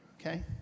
okay